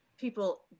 people